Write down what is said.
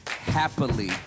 happily